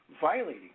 violating